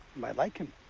might like him.